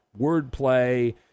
wordplay